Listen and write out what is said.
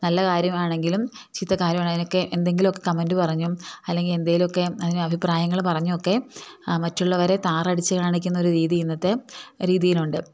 നല്ല കാര്യങ്ങളാണെങ്കിലും ചീത്ത കാര്യങ്ങളാണെങ്കിലുമൊക്കെ എന്തെങ്കിലുമൊക്കെ കമൻറ് പറഞ്ഞും അല്ലെങ്കിൽ എന്തെങ്കിലുമൊക്കെ അതിന് അഭിപ്രായങ്ങൾ പറഞ്ഞതൊക്കെ മറ്റുള്ളവരെ താറടിച്ചു കാണിക്കുന്ന ഒരു രീതി ഇന്നത്തെ രീതിയിൽ ഉണ്ട്